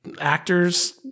actors